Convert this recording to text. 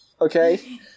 okay